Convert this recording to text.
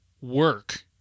work